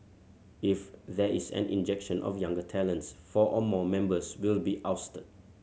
if there is an injection of younger talents four or more members will be ousted